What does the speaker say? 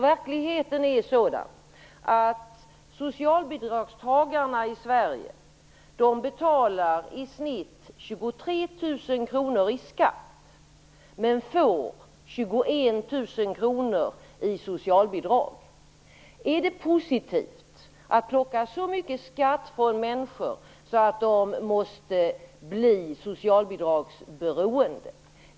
Verkligheten är sådan att socialbidragstagarna i Sverige i snitt betalar 23 000 kr i skatt men får 21 000 kr i socialbidrag. Är det positivt att plocka så mycket skatt från människor att de måste bli socialbidragsberoende?